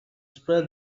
spread